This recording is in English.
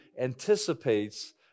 anticipates